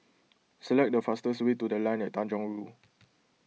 select the fastest way to the Line At Tanjong Rhu